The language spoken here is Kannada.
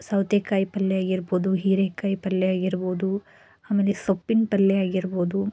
ಸೌತೆಕಾಯಿ ಪಲ್ಯ ಆಗಿರ್ಬೋದು ಹೀರೇಕಾಯಿ ಪಲ್ಯ ಆಗಿರ್ಬೋದು ಆಮೇಲೆ ಸೊಪ್ಪಿನ ಪಲ್ಯ ಆಗಿರ್ಬೋದು